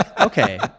Okay